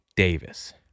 Davis